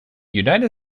united